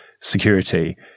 security